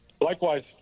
Likewise